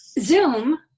Zoom